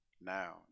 now